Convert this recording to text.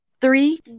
three